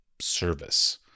service